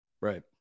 Right